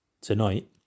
tonight